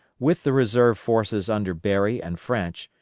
with the reserve forces under berry and french,